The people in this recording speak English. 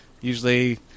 usually